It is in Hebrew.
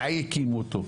מתי הקימו אותו?